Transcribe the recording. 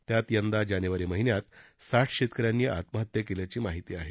त्यात यंदा जानेवारी महिन्यात साठ शेतकऱ्यांनी आत्महत्या केल्याची माहिती आहे